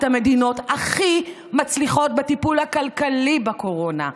המדינות הכי מצליחות בטיפול הכלכלי בקורונה.